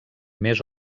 més